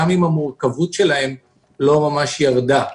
גם אם המורכבות שלהם לא ממש ירדה.